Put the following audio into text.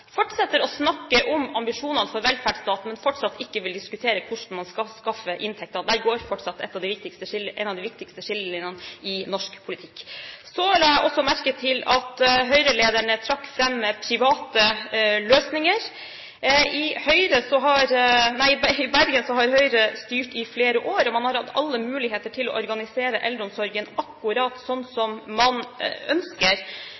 fortsetter å snakke om ambisjonene for velferdsstaten, men fortsatt ikke vil diskutere hvordan man skal skaffe inntekter. Der går fortsatt en av de viktigste skillelinjene i norsk politikk. Så la jeg også merke til at Høyre-lederen trakk fram private løsninger. I Bergen har Høyre styrt i flere år, og man har hatt alle muligheter til å organisere eldreomsorgen akkurat sånn som man ønsker.